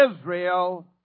Israel